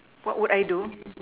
what would I do